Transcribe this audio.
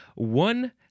One